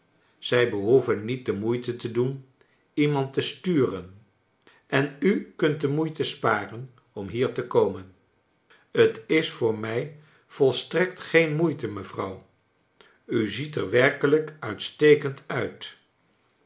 zij behoeven niet de moeite te doen iemand te sturen en u kunt u de moeite sparen om hier te komen t is voor mij volstrekt geen moeite mevrouw u ziet er werkelijk uitstekend uit